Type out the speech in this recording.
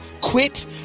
quit